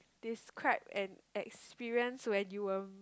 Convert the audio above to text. describe an experience when you were